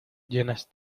llenas